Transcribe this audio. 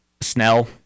Snell